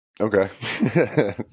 Okay